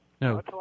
No